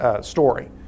Story